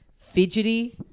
fidgety